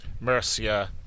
Mercia